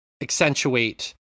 accentuate